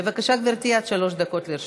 בבקשה, גברתי, עד שלוש דקות לרשותך.